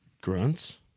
Grunts